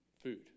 Food